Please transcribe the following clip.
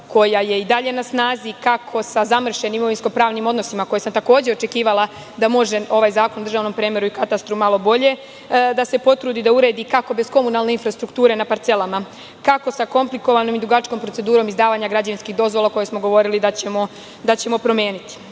koja je i dalje na snazi, kako sa zamršenim imovinsko-pravnim odnosima, koje sam takođe očekivala da može ovaj zakon o državnom premeru i katastru malo bolje da se potrudi da uredi, kako bez komunalne infrastrukture na parcelama? Kako sa komplikovanom i dugačkom procedurom izdavanja građevinskih dozvola, koje smo govorili da ćemo promeniti? Kako